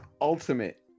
ultimate